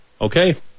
Okay